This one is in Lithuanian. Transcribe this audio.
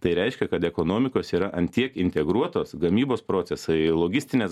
tai reiškia kad ekonomikos yra ant tiek integruotos gamybos procesai logistinės